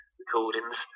recordings